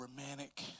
romantic